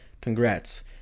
Congrats